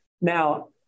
Now